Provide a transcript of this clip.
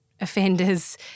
offenders